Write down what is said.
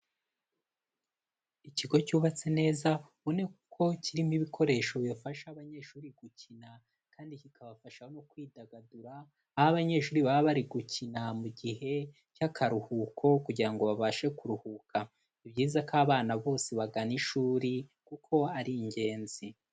Ikigo cyubatse neza ubona ko kirimo ibikoresho bifasha abanyeshuri gukina kandi kikabafasha no kwidagadura, aho abanyeshuri baba bari gukina mu gihe cy'akaruhuko kugira ngo babashe kuruhuka. Ni byiza ko abana bose bagana ishuri kuko ari ingenzi.